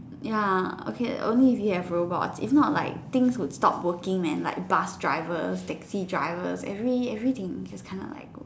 ya okay only if we have robots if not like things would stop working and like bus drivers taxi drivers every everything just kind of like go